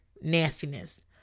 Nastiness